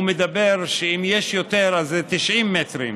הוא מדבר על כך שאם יש יותר, אז זה 90 מטרים,